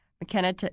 McKenna